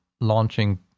launching